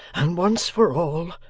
and once for all,